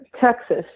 texas